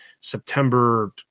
September